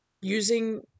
using